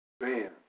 Man